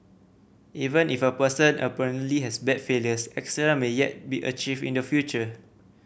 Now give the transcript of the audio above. even if a person apparently has bad failures excellence may yet be achieved in the future